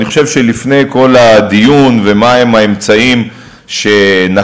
אני חושב שלפני כל הדיון על האמצעים שנקטנו